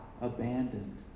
abandoned